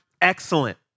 excellent